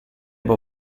può